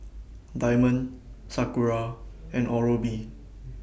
Diamond Sakura and Oral B